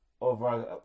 over